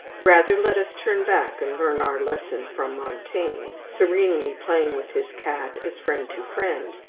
rather let us turn back and learn our lesson from montaigne, serenely playing with his cat as friend to friend,